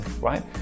right